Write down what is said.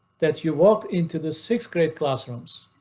that's you walk into the sixth grade classrooms.